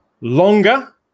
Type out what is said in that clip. longer